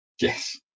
Yes